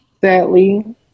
Sadly